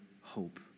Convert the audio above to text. Hope